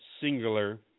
singular